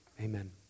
Amen